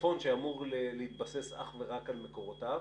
הצפון שאמור להתבסס אך ורק על מקורותיו,